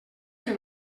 que